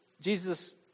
Jesus